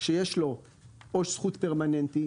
שיש לו עו"ש זכות פרמננטי,